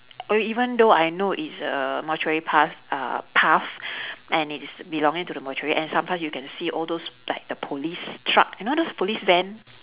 oh even though I know it's a mortuary path uh path and it's belonging to the mortuary and sometimes you can see all those like the police truck you know those police van